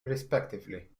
respectively